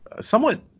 somewhat